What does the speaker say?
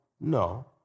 no